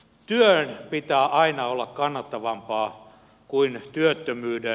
työn pitää aina olla kannattavampaa kuin työttömyyden